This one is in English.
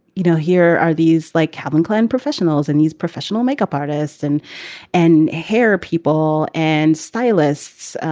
you know, here are these like calvin klein professionals and these professional makeup artists and and hair people and stylists,